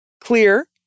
clear